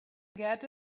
get